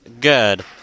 good